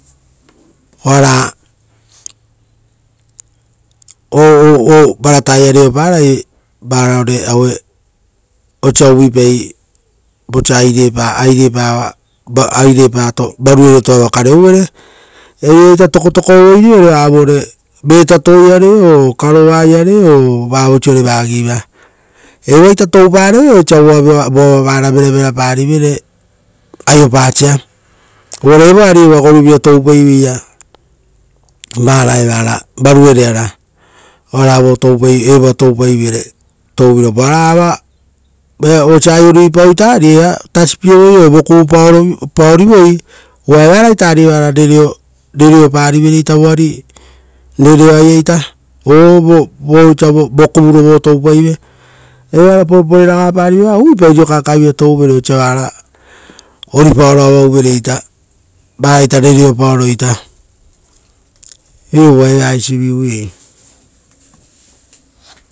Vo varataoia reoparai vosa aire pato, varuereto ava kareuvere, o varataia reoparai, oisio, vosa airepatoava varuereto kareuvere, eraita tokotoko-ovoi rivere vavore karova iare o-vetatouiare o vavoisiore vagiva, evoa ita touparevere osa voava vara vera parivere aiopasia, uvare evoa ari evoa goruvira toupaiveira vara evara oara evoa toupaivere. Vosa aio ruipau ari eva tasipie rivere voariva karova ora vokuvu paorivere, uva eva ari evara ratapa rivere voari rereoa, vosa vokuvuro voari toupaive karova ari evara poreporeragapari-vere. Uvuipai riro kaekae vira touvere vosa vara oripaoro avauvereita. Varaita rereopaoro. Eisi vi raga.